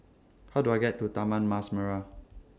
How Do I get to Taman Mas Merah